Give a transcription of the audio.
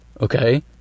Okay